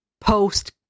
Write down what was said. post